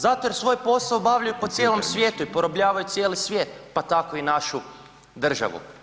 Zato jer svoj posao obavljaju po cijelom svijetu i porobljavaju cijeli svijet pa tako i našu državu.